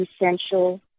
essential